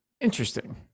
Interesting